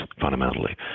fundamentally